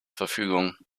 verfügung